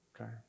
Okay